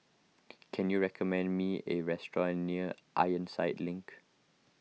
can you recommend me a restaurant near Ironside Link